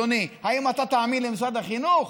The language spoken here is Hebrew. אדוני: האם אתה תאמין למשרד החינוך?